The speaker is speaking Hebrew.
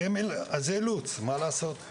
זה אילוץ מה לעשות.